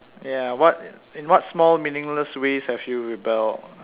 ya what in what small meaningless ways have you rebelled